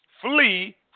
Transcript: flee